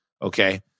Okay